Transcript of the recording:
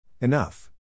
Enough